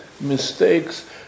mistakes